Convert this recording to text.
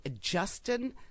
Justin